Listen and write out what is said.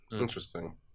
interesting